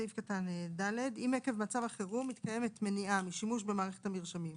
"(ד) אם עקב מצב החירום מתקיימת מניעה משימוש במערכת המרשמים,